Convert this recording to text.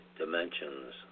dimensions